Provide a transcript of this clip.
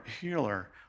healer